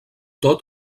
tot